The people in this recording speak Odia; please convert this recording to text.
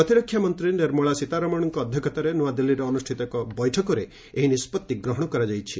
ପ୍ରତିରକ୍ଷା ମନ୍ତ୍ରୀ ନିର୍ମଳା ସୀତାରମଣଙ୍କ ଅଧ୍ୟକ୍ଷତାରେ ନୃଆଦିଲ୍ଲୀରେ ଅନୁଷ୍ଠିତ ଏକ ବୈଠକରେ ଏହି ନିଷ୍ପଭି ନିଆଯାଇଛି